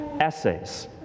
essays